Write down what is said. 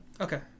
Okay